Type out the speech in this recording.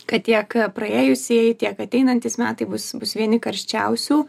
kad tiek praėjusieji tiek ateinantys metai bus bus vieni karščiausių